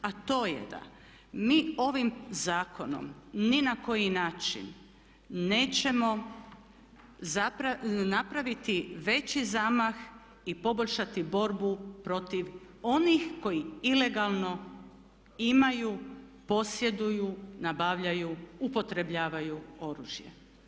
A to je da mi ovim zakonom ni na koji način nećemo napraviti veći zamah i poboljšati borbu protiv onih koji ilegalno imaju, posjeduju, nabavljaju, upotrebljavaju oružje.